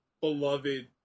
beloved